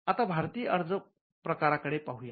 आता भारतीय अर्ज प्रकार कडे पाहू यात